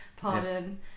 pardon